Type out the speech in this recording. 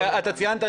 אתה ציינת,